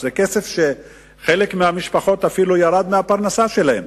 זה כסף שאצל חלק מהמשפחות אפילו ירד מהפרנסה שלהן.